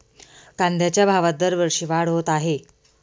कांद्याच्या भावात दरवर्षी वाढ होत आहे